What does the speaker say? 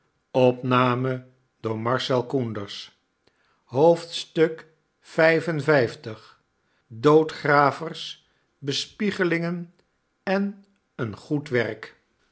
lv doodgkavers bespiegelingen en een goed werk